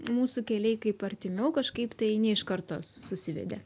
mūsų keliai kaip artimiau kažkaip tai ne iš karto susivedė